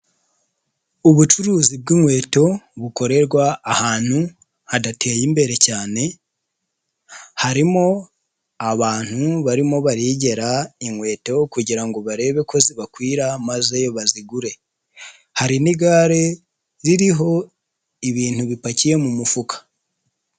Ubucuruzi bw'inkweto, bukorerwa ahantu hadateye imbere cyane, harimo abantu barimo bagera inkweto kugira ngo barebe ko zibakwira maze bazigure, hari n'igare ririho ibintu bipakiye mu mufuka.